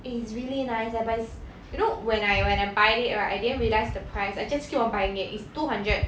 eh it's really nice leh but it's you know when I when I buy it right I didn't realize the price I just keep on buying it it's two hundred